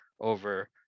over